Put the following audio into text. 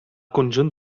conjunt